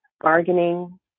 bargaining